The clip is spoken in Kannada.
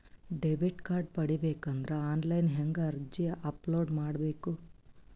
ಡೆಬಿಟ್ ಕಾರ್ಡ್ ಪಡಿಬೇಕು ಅಂದ್ರ ಆನ್ಲೈನ್ ಹೆಂಗ್ ಅರ್ಜಿ ಅಪಲೊಡ ಮಾಡಬೇಕು?